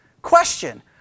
Question